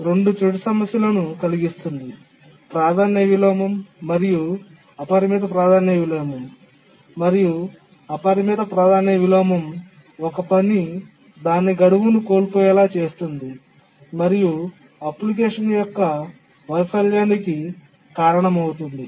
ఇది రెండు చెడు సమస్యలను కలిగిస్తుంది ప్రాధాన్యత విలోమం మరియు అపరిమిత ప్రాధాన్యత విలోమం మరియు అపరిమిత ప్రాధాన్యత విలోమం ఒక పని దాని గడువును కోల్పోయేలా చేస్తుంది మరియు అప్లికేషన్ యొక్క వైఫల్యానికి కారణమవుతుంది